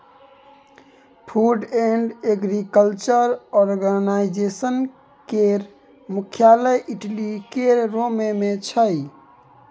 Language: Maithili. फूड एंड एग्रीकल्चर आर्गनाइजेशन केर मुख्यालय इटली केर रोम मे छै